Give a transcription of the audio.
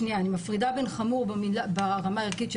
שנייה אני מפרידה בין חמור ברמה הערכית,